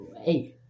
hey